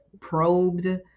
probed